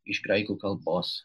iš graikų kalbos